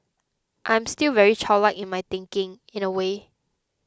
I'm still very childlike in my thinking in a way